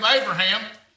Abraham